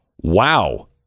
wow